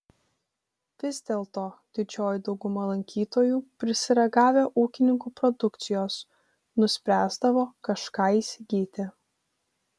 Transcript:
vis dėlto didžioji dauguma lankytojų prisiragavę ūkininkų produkcijos nuspręsdavo kažką įsigyti